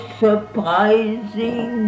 surprising